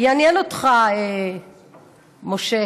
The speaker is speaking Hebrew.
יעניין אותך, משה: